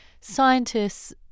scientists